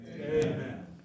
Amen